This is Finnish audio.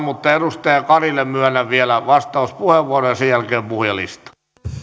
mutta edustaja karille myönnän vielä vastauspuheenvuoron ja sen jälkeen puhujalistaan